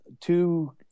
two